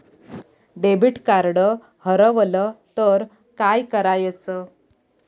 Debit card हरवल तर काय करायच?